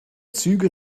züge